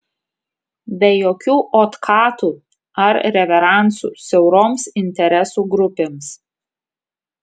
be jokių otkatų ar reveransų siauroms interesų grupėms